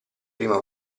prima